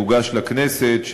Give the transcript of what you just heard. תוגש לכנסת,